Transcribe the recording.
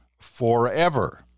forever